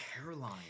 Caroline